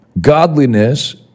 Godliness